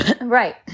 Right